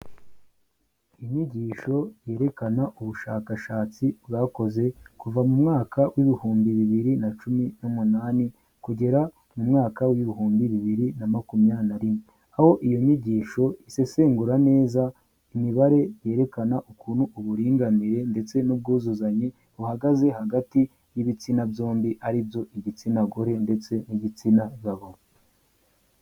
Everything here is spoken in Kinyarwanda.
Inyigisho yerekana ubushakashatsi bwakoze kuva mu mwaka w'ibihumbi bibiri na cumi n'umunani kugera mu mwaka w'ibihumbi bibiri na makumyabiri rimwe aho iyo nyigisho isesengura neza imibare yerekana ukuntu uburinganire ndetse n'ubwuzuzanye buhagaze hagati y'ibitsina byombi ari byo igitsina gore ndetse n'igitsina gabo.